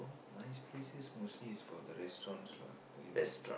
nice places mostly is for the restaurants lah you know